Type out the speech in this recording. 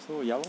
so ya lor